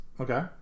Okay